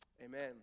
amen